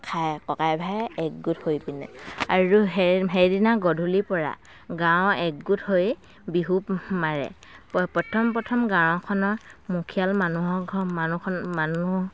খায় ককাই ভাই একগোট হৈ পিনে আৰু সেই সেইদিনা গধূলিৰ পৰা গাঁও একগোট হৈ বিহু মাৰে প্ৰথম প্ৰথম গাঁওখনৰ মুখিয়াল মানুহৰ ঘৰ মানুহখন মানুহ